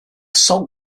salt